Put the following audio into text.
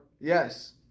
Yes